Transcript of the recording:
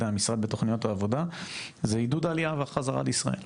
בתוכניות העבודה זה עידוד העלייה וחזרה לישראל,